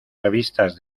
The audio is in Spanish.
revistas